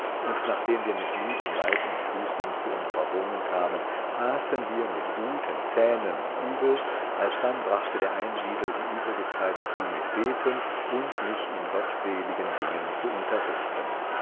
und nachdem wir mit müdem leib und füßen zu unsrer wohnung kamen aßen wir mit guten zähnen übel alsdann brachte der einsiedel die übrige zeit zu mit beten und mich in gottseligen dingen zu unterrichten